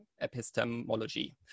epistemology